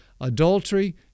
adultery